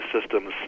systems